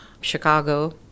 chicago